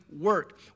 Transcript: work